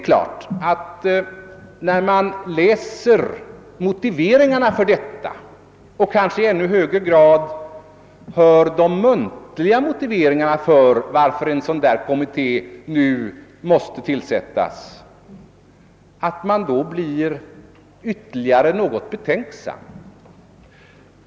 När man läser motiveringarna för detta yrkande — och kanske i ännu högre grad när man hör de muntliga motiveringarna för att en sådan kommitté nu måste tillsättas — blir man givetvis ytterligare något betänksam.